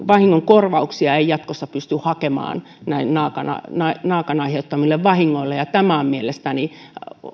vahingonkorvauksia ei jatkossa pysty hakemaan naakan naakan aiheuttamille vahingoille ja tämä on mielestäni